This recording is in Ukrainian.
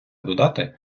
додати